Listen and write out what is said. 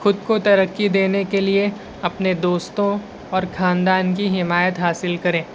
خود کو ترقی دینے کے لیے اپنے دوستوں اور خاندان کی حمایت حاصل کریں